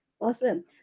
Awesome